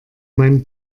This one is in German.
meinen